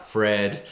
Fred